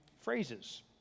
phrases